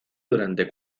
durante